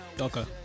Okay